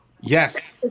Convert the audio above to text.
Yes